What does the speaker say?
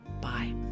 bye